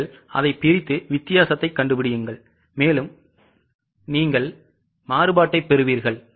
நீங்கள் அதை பிரித்து வித்தியாசத்தைக் கண்டுபிடியுங்கள் நீங்கள் மாறுபாட்டைப் பெறுவீர்கள்